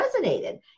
resonated